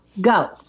go